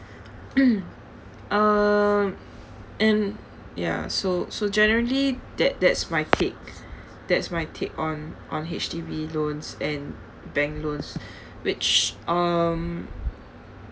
um and ya so so generally that that's my take that's my take on on H_D_B loans and bank loans which um